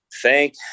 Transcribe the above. thank